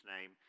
name